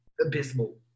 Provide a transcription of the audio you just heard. abysmal